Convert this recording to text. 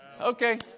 Okay